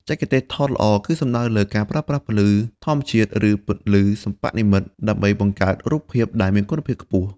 បច្ចេកទេសថតល្អ គឺសំដៅលើ ការប្រើប្រាស់ពន្លឺធម្មជាតិឬពន្លឺសិប្បនិមិត្តដើម្បីបង្កើតរូបភាពដែលមានគុណភាពខ្ពស់។